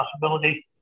possibility